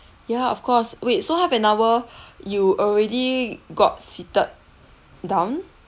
ya of course wait so half an hour you already got seated down